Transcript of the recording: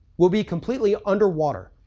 will be completely under water,